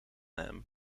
hem